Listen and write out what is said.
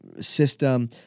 system